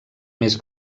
més